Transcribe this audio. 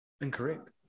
incorrect